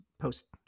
post